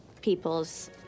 people's